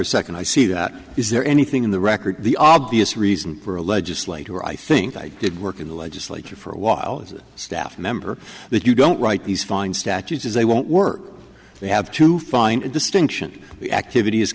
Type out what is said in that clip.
or second i see that is there anything in the record the obvious reason for a legislator i think i did work in the legislature for a while as a staff member that you don't write these fine statutes is they won't work they have to find distinction activit